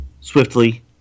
swiftly